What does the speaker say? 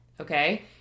okay